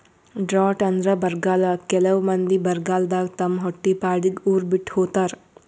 drought ಅಂದ್ರ ಬರ್ಗಾಲ್ ಕೆಲವ್ ಮಂದಿ ಬರಗಾಲದಾಗ್ ತಮ್ ಹೊಟ್ಟಿಪಾಡಿಗ್ ಉರ್ ಬಿಟ್ಟ್ ಹೋತಾರ್